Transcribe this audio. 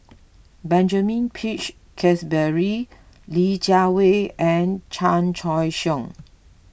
Benjamin Peach Keasberry Li Jiawei and Chan Choy Siong